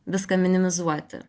viską minimizuoti